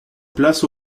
place